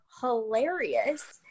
hilarious